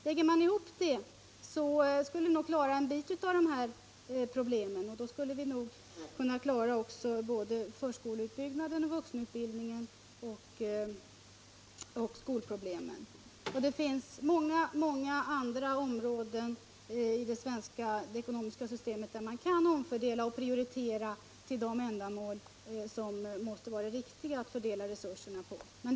Lägger man ihop det skulle vi nog klara en bit av dessa problem. Då skulle vi kanske också kunna klara både förskoleutbyggnaden, vuxenutbildningen och skolproblemen. Det finns många andra områden i det svenska ekonomiska systemet där man kan omfördela och prioritera till de ändamål som det måste vara riktigt att fördela resurserna på.